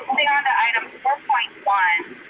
on to item four point one,